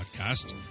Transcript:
podcast